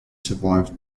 survived